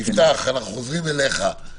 יפתח, אנחנו חוזרים אליך,